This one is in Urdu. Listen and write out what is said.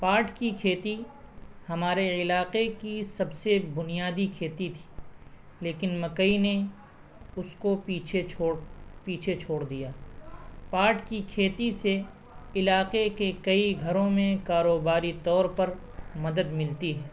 پاٹ کی کھیتی ہمارے علاقے کی سب سے بنیادی کھیتی تھی لیکن مکئی نے اس کو پیچھے چھوڑ پیچھے چھوڑ دیا پاٹ کی کھیتی سے علاقے کے کئی گھروں میں کاروباری طور پر مدد ملتی ہے